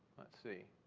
let's see.